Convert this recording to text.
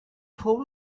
fou